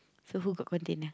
so who got container